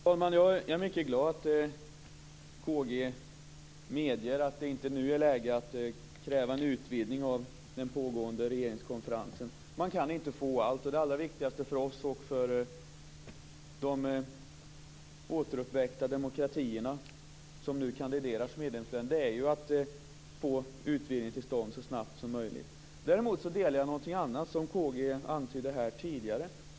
Fru talman! Jag är mycket glad att K-G Biörsmark medger att det inte nu är läge att kräva en utvidgning av den pågående regeringskonferensen. Man kan inte få allt. Det allra viktigaste för oss och de återuppväckta demokratierna som nu kandiderar som medlemsländer är att få en utvidgning till stånd så snabbt som möjligt. Däremot delar jag den uppfattning som K-G Biörsmark antydde här tidigare.